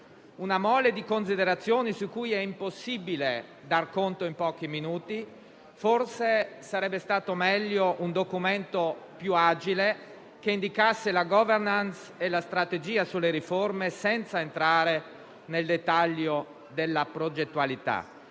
una mole di considerazioni su cui è impossibile dar conto in pochi minuti. Forse sarebbe stato meglio un documento più agile, che indicasse la *governance* e la strategia sulle riforme, senza entrare nel dettaglio della progettualità.